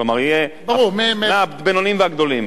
כלומר, יהיה, ברור, הבינוניים והגדולים.